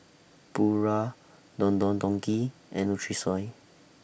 Pura Don Don Donki and Nutrisoy